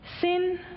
Sin